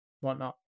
whatnot